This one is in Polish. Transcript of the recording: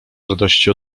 radości